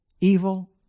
evil